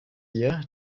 year